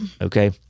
okay